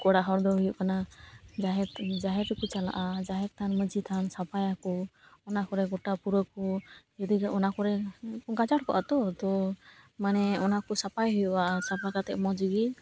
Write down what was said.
ᱠᱚᱲᱟ ᱦᱚᱲ ᱫᱚ ᱦᱩᱭᱩᱜ ᱠᱟᱱᱟ ᱡᱟᱦᱮᱨ ᱛᱮᱠᱚ ᱪᱟᱞᱟᱜᱼᱟ ᱡᱟᱦᱮᱨ ᱛᱷᱟᱱ ᱢᱟᱹᱡᱷᱤ ᱛᱷᱟᱱ ᱥᱟᱯᱷᱟᱭᱟᱠᱚ ᱚᱱᱟ ᱠᱚᱨᱮ ᱜᱚᱴᱟ ᱯᱩᱨᱟᱹ ᱠᱚ ᱡᱩᱫᱤ ᱚᱱᱟ ᱠᱚᱨᱮ ᱜᱟᱪᱟᱲ ᱠᱚᱜᱼᱟ ᱛᱚ ᱛᱚ ᱢᱟᱱᱮ ᱚᱱᱟ ᱠᱚ ᱥᱟᱯᱷᱟᱭ ᱦᱩᱭᱩᱜᱼᱟ ᱥᱟᱯᱷᱟ ᱠᱟᱛᱮ ᱢᱚᱡᱽ ᱜᱮ